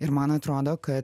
ir man atrodo kad